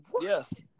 Yes